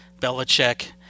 Belichick